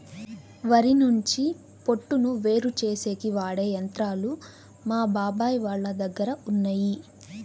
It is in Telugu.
వరి నుంచి పొట్టును వేరుచేసేకి వాడె యంత్రాలు మా బాబాయ్ వాళ్ళ దగ్గర ఉన్నయ్యి